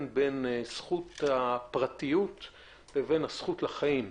בין הזכות לפרטיות לבין הזכות לחיים.